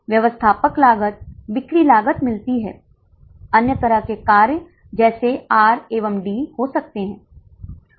मुझे लगता है कि हमें 50 छात्रों के साथ क्या होता है इसके लिए गणना करने की आवश्यकता होगी